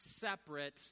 separate